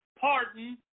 pardon